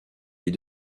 des